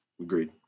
agreed